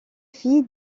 fit